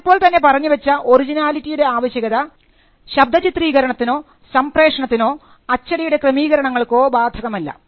നമ്മൾ ഇപ്പോൾ തന്നെ പറഞ്ഞു വെച്ച ഒറിജിനാലിറ്റിയുടെ ആവശ്യകത ശബ്ദ ചിത്രീകരണത്തിനോ സംപ്രേഷണത്തിനോ അച്ചടിയുടെ ക്രമീകരണങ്ങൾക്കോ ബാധകമല്ല